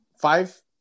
five